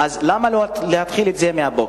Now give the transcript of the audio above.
למה לא להתחיל את זה בבוקר?